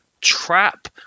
trap-